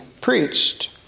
preached